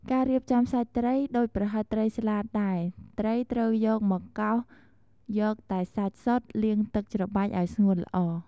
ការរៀបចំសាច់ត្រី ដូចប្រហិតត្រីស្លាតដែរ ត្រីត្រូវយកមកកោសយកតែសាច់សុទ្ធ លាងទឹកច្របាច់ឱ្យស្ងួតល្អ។